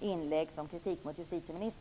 inlägg som kritik mot justitieministern.